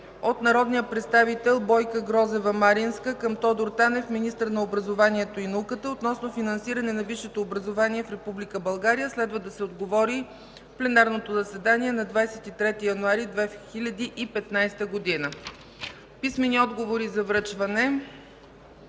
от народния представител Бойка Грозева Маринска към Тодор Танев – министърът на образованието и науката, относно финансиране на висшето образование в Република България. Следва да се отговори в пленарното заседание на 23 януари 2015 г. Писмени отговори за връчване